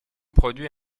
produit